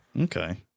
Okay